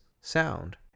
sound